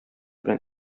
белән